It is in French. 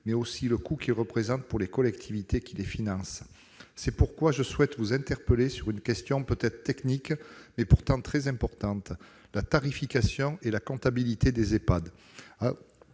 mais aussi coût pour les collectivités qui les financent. C'est pourquoi je souhaite vous interpeller sur un sujet peut-être technique, mais pourtant très important : la tarification et la comptabilité des Ehpad.